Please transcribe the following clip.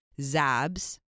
Zab's